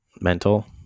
mental